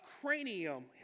Cranium